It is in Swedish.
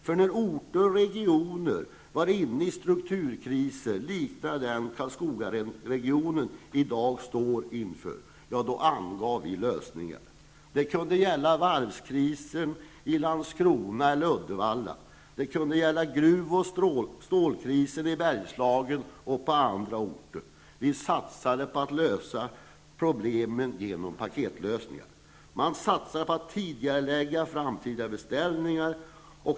För när orter och regioner var inne i strukturkriser liknande den Karlskogaregionen i dag står inför, då angav vi lösningar. Det kunde gälla varvskrisen i Landskrona eller Uddevalla. Det kunde gälla gruv och stålkrisen i Bergslagen och på andra orter. Vi satsade på att lösa problemen genom paketlösningar. Man satsade på att tidigarelägga framtida beställningar.